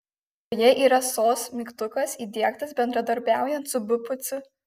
joje yra sos mygtukas įdiegtas bendradarbiaujant su bpc